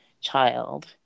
child